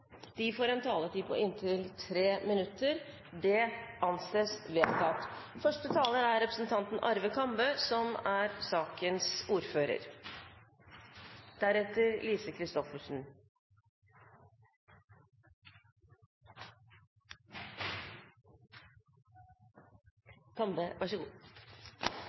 de som måtte tegne seg på talerlisten utover den fordelte taletid, får en taletid på inntil 3 minutter. – Det anses vedtatt. Første taler er representanten